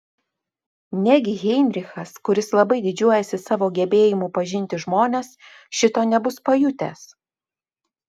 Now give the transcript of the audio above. negi heinrichas kuris labai didžiuojasi savo gebėjimu pažinti žmones šito nebus pajutęs